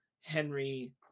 Henry